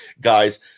guys